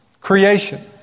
Creation